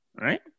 right